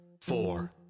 four